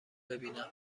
ببینم